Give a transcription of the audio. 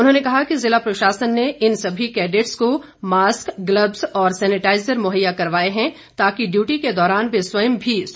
उन्होंने कहा कि जिला प्रशासन ने इन सभी कैडेटस को मास्क गल्बस और सैनिटाईजर मुहैया करवाएं हैं ताकि ड्यूटी के दौरान वे स्वयं भी सुरक्षित रह सकें